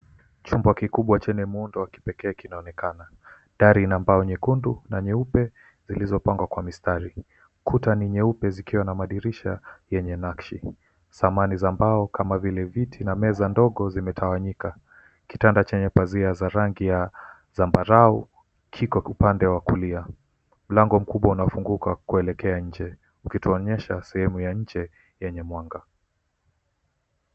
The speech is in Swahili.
Chumba kikubwa chenye muundo wa kipekee kinaonekana, dari na mbao nyekundu na nyeupe zililopangwa na mistari. Kuta ni nyeupe zikiwa na madirisha yenye nakshi. Samani za mbao kama vile viti na meza ndogo zimetawanyika, kitanda chenye pazia za rangi ya zambarau kiko upande wa kulia. Mlango mkubwa unafunguka kuelekea nje ukitonyesha sehemu ya nje yenye mwanga.